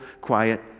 quiet